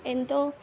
ఎంతో